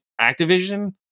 Activision